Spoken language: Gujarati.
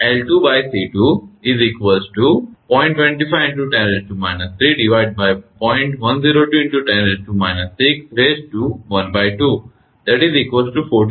તેથી તે 49